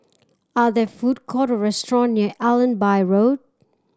are there food court restaurant near Allenby Road